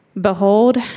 Behold